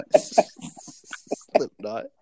Slipknot